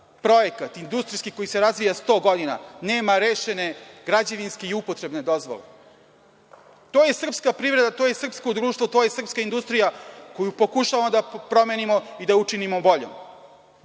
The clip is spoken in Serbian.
projekat industrijski koji se razvija sto godina, nema rešene građevinske i upotrebne dozvole. To je srpska privreda, to je srpsko društvo, to je srpska industrija koju pokušavamo da promenimo i da učinimo boljom.Zašto